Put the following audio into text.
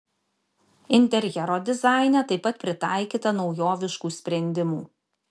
interjero dizaine taip pat pritaikyta naujoviškų sprendimų